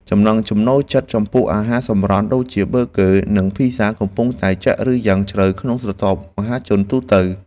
ចំណង់ចំណូលចិត្តចំពោះអាហារសម្រន់ដូចជាប៊ឺហ្គឺ និងភីហ្សាកំពុងតែចាក់ឫសយ៉ាងជ្រៅក្នុងស្រទាប់មហាជនទូទៅ។